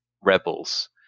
rebels